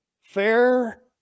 fair